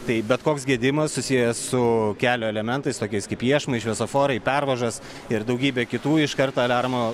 tai bet koks gedimas susijęs su kelio elementais tokiais kaip iešmai šviesoforai pervažos ir daugybė kitų iš kart aliarmo